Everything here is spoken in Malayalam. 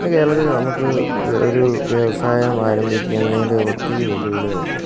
ഇന്ന് കേരളത്തിൽ നമുക്ക് ഒരു വ്യവസായം ആരംഭിക്കുന്നതിന് ഒത്തിരി വെല്ലുവിളികള് ഉണ്ട്